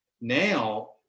Now